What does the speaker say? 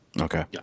Okay